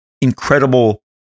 incredible